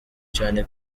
cane